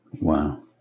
Wow